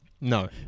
No